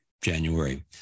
January